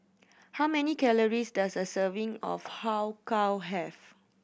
how many calories does a serving of Har Kow have